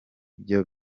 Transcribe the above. byo